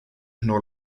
nor